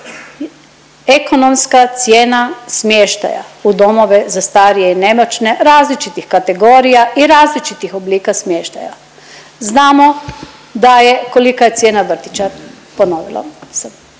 ekonomska cijena smještaja u domove za starije i nemoćne različitih kategorija i različitih oblika smještaja. Znamo da je, kolika je cijena vrtića…/Govornik